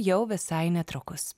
jau visai netrukus